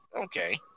Okay